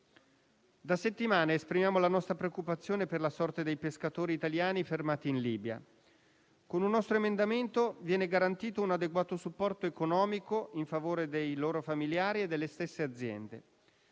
Da settimane esprimiamo la nostra preoccupazione per la sorte dei pescatori italiani fermati in Libia. Con un nostro emendamento viene garantito un adeguato supporto economico in favore dei loro familiari e delle stesse aziende.